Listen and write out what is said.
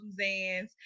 zans